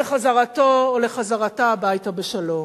לחזרתו או לחזרתה הביתה בשלום.